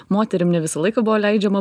moterim ne visą laiką buvo leidžiama